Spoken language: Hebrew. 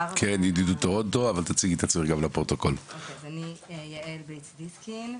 אני יעל בליץ זיסקין,